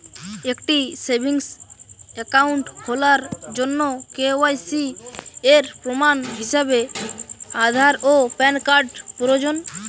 একটি savings account খোলার জন্য কে.ওয়াই.সি এর প্রমাণ হিসাবে আধার ও প্যান কার্ড প্রয়োজন